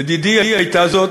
לדידי הייתה זו